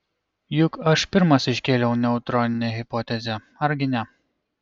juk aš pirmas iškėliau neutroninę hipotezę argi ne